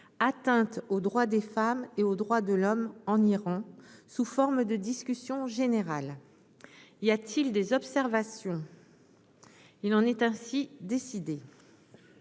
atteinte aux droits des femmes et aux droits de l'homme en Iran sous forme de discussion générale. Y a-t-il des observations, il en est ainsi décidé.